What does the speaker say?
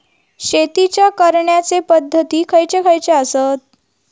शेतीच्या करण्याचे पध्दती खैचे खैचे आसत?